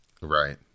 Right